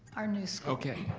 our new school. okay,